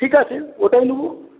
ঠিক আছে ওটাই নেব